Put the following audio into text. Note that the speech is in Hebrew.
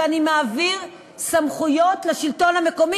ואני מעביר סמכויות לשלטון המקומי,